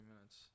minutes